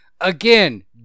Again